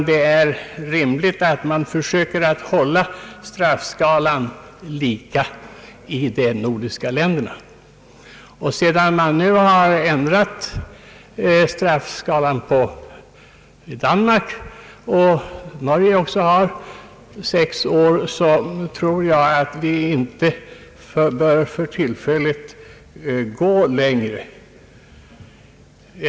Det är rimligt att försöka hålla straffskalan lika i de nordiska länderna. Sedan man nu ändrat straffskalan i Danmark och Norge så att man även där har sex år, tror jag att vi för tillfället inte bör gå längre här.